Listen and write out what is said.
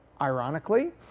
ironically